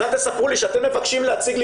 אז אל תספרו לי שאתם מבקשים להציג לי